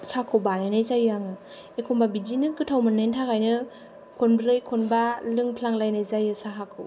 साहाखौ बानायनाय जायो आङो एखमब्ला बिदिनोगोथाव मोननायनि थाखायनो खनब्रै खनबा लोंफ्लांलायनाय जायो साहाखौ